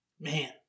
Man